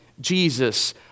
Jesus